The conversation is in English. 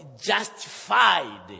justified